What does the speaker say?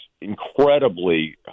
incredibly